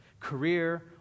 career